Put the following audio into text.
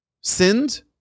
sinned